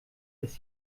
des